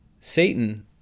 Satan